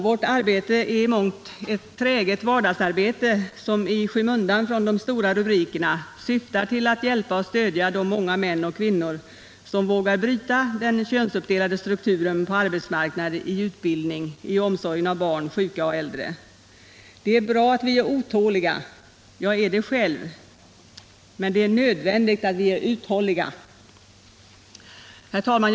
Vårt arbete är i mångt ett träget vardagsarbete, som i skymundan från de stora rubrikerna syftar till att hjälpa och stödja de Nr 24 många män och kvinnor som vågar bryta den könsuppdelade strukturen Torsdagen den Det är bra att vi är otåliga — jag är det själv — men det är nödvändigt — att vi är uthålliga. Jämställdhetsfrågor Herr talman!